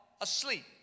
asleep